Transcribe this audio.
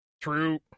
True